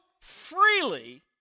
freely